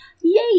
Yay